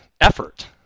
effort